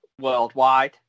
worldwide